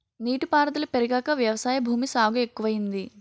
నీటి పారుదుల పెరిగాక వ్యవసాయ భూమి సాగు ఎక్కువయింది